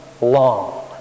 long